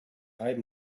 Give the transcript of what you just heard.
high